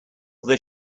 this